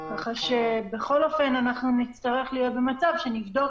כך שבכל אופן נצטרך להיות במצב שנבדוק